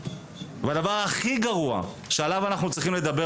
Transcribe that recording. הדבר הכי גרוע שעליו אנחנו צריכים לדבר